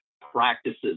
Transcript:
practices